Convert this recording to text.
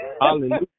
Hallelujah